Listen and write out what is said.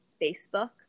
Facebook